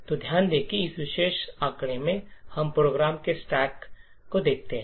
तो ध्यान दें कि इस विशेष आंकड़े में हम प्रोग्राम के स्टैक दिखाते हैं